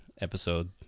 episode